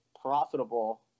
profitable